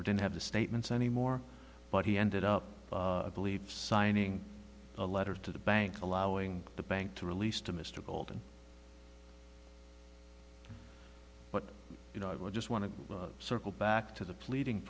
or didn't have the statements anymore but he ended up believe signing a letter to the bank allowing the bank to release to mr goldman but you know i would just want to circle back to the pleading